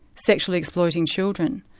sexually exploiting children.